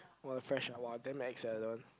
!wah! fresh ah !wah! damn ex sia that one